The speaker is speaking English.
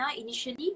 initially